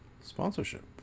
sponsorship